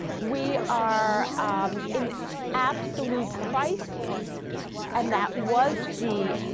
we are in absolute crises and that was the